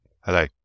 Hello